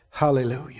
Hallelujah